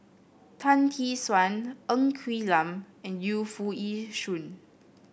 Tan Tee Suan Ng Quee Lam and Yu Foo Yee Shoon